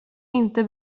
inte